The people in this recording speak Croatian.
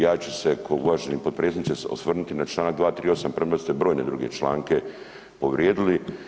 Ja ću se uvaženi potpredsjedniče osvrnuti na Članak 238. premda ste brojne druge članke povrijedili.